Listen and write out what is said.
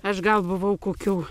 aš gal buvau kokių